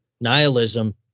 nihilism